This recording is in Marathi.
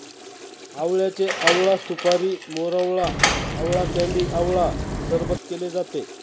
आवळ्याचे आवळा सुपारी, मोरावळा, आवळा कँडी आवळा सरबत केले जाते